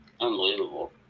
unbelievable